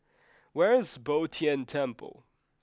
where is Bo Tien Temple